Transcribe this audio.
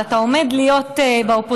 אבל אתה עומד להיות באופוזיציה,